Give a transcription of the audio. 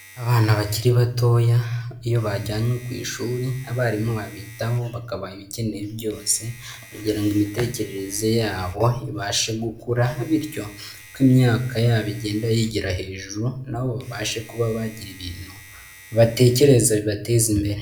Abana bakiri batoya iyo bajyanywe ku ishuri abarimu babitaho, bakabaha ibikenewe byose kugira ngo imitekerereze yabo ibashe gukura bityo uko imyaka yabo igenda yigira hejuru na bo babashe kuba bagira ibintu batekereza bibateza imbere.